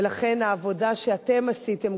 ולכן העבודה שאתם עשיתם,